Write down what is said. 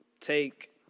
take